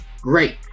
great